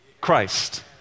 Christ